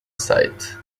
site